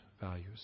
values